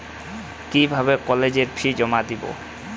কিভাবে কলেজের ফি জমা দেবো?